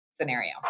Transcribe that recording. scenario